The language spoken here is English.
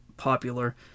popular